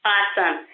Awesome